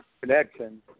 connection